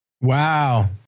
Wow